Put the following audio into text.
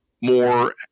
more